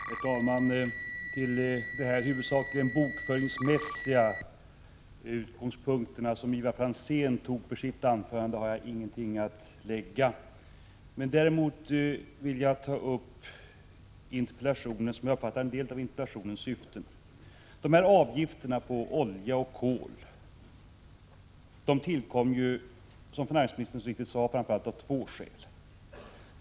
Herr talman! Till de huvudsakligen bokföringsmässiga utgångspunkter som Ivar Franzén hade för sitt anförande har jag ingenting att tillägga. Däremot vill jag ta upp en del av det jag uppfattade som interpellationens syfte. Avgifterna på olja och kol tillkom, som finansministern mycket riktigt sade, framför allt av två skäl.